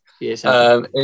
Yes